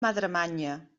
madremanya